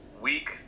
week